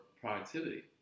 productivity